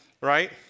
right